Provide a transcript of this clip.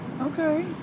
Okay